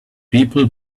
people